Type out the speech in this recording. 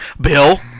Bill